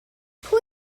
pwy